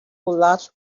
large